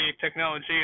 technology